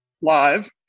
live